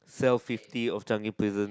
cell fifty of Changi prison